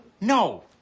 No